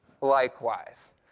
likewise